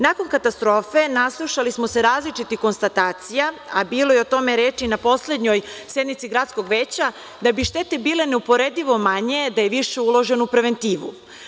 Nakon katastrofe, naslušali smo se različitih konstatacija, a bilo je o tome reči na poslednjoj sednici gradskog veća, da bi štete bile neuporedivo manje da je više uloženo u preventivu.